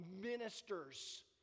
ministers